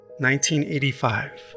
1985